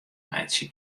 meitsje